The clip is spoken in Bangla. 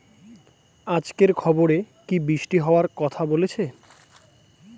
আজকের খবরে কি বৃষ্টি হওয়ায় কথা বলেছে?